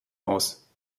aus